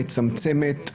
מצמצמת,